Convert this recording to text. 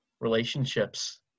relationships